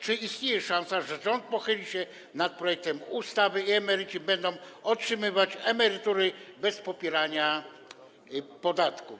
Czy istnieje szansa, że rząd pochyli się nad projektem ustawy i emeryci będą otrzymywać emerytury bez pobierania podatków?